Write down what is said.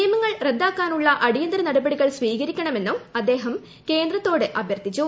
നിയമങ്ങൾ റദ്ദാക്കാനുള്ള അടിയ്യന്തിര നടപടികൾ സ്വീകരിക്കണമെന്നും അദ്ദേഹൃം കേന്ദ്രത്തോട് അഭ്യർത്ഥിച്ചു